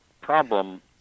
problem